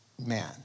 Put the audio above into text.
man